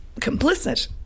complicit